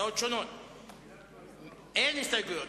אין הסתייגויות.